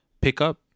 pickup